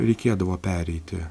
reikėdavo pereiti